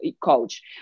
Coach